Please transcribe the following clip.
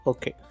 Okay